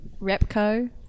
Repco